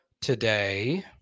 today